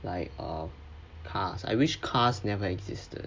like uh cars I wish cars never existed